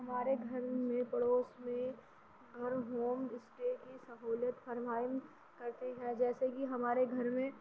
ہمارے گھر میں پڑوس میں ہر ہوم اسٹے کی سہولت فراہم کرتے ہیں جیسے کہ ہمارے گھر میں